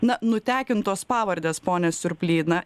na nutekintos pavardės pone siurplį na